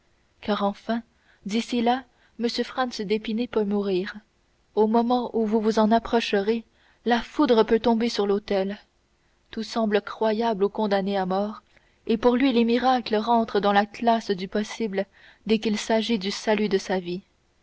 car enfin d'ici là m franz d'épinay peut mourir au moment où vous vous en approcherez la foudre peut tomber sur l'autel tout semble croyable au condamné à mort et pour lui les miracles rentrent dans la classe du possible dès qu'il s'agit du salut de sa vie